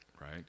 right